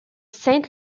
saint